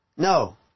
No